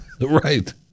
right